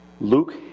Luke